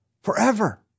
forever